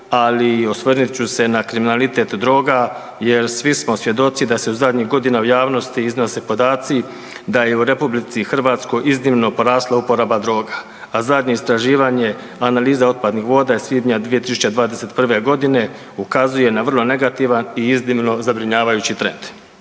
ali osvrnut ću se na kriminalitet droga jer svi smo svjedoci da se u zadnjih godina u javnosti iznose podaci da je u Republici Hrvatskoj iznimno porasla uporaba droga. A zadnje istraživanje analiza otpadnih voda iz svibnja 2021. godine ukazuje na vrlo negativan i iznimno zabrinjavajući trend.